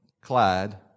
Clyde